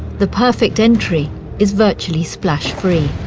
the perfect entry is virtually splash free.